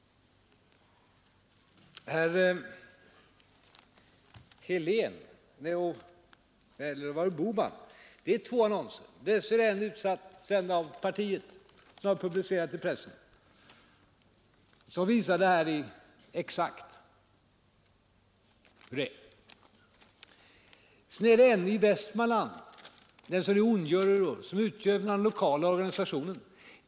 Herr Helén — eller var det herr Bohman? — tog upp två annonser: dels en av partiet, som publicerats i pressen och som jag återgav på bildskärmen, vilken visade exakt rätt, dels en införd i en tidning i Västmanland — det är den annonsen som ni ondgör er över och som satts in av den lokala organisationen.